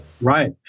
Right